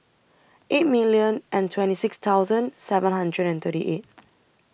eight million and twenty six thousand seven hundred and thirty eight